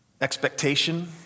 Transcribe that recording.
expectation